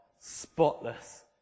spotless